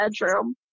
bedroom